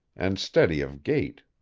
and steady of gait.